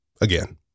Again